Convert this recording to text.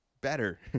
better